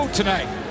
tonight